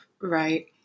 right